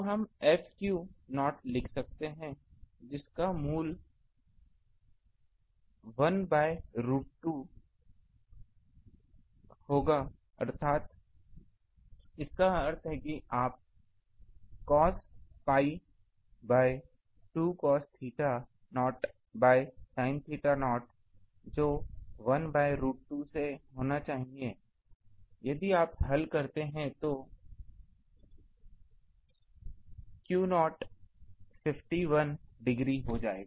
तो हम F लिख सकते हैं जिसका मूल 1 बाय रूट 2 होगा अर्थात इसका अर्थ है कि आप cos pi by 2 cos theta naught by sine theta naught जो 1 बाय रूट 2 से होना चाहिए यदि आप हल करते हैं तो कि q0 51 डिग्री हो गया